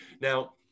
Now